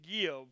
give